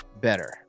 better